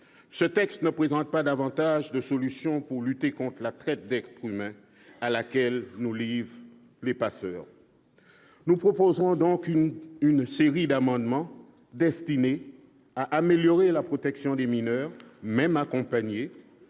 Ce texte ne présente pas davantage de solutions pour lutter contre la traite d'êtres humains à laquelle se livrent les passeurs. Nous proposerons donc une série d'amendements, visant plusieurs objectifs. L'amélioration de la protection des mineurs, même accompagnés.